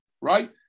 right